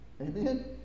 Amen